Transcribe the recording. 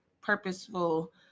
purposeful